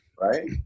Right